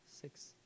Six